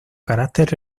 carácter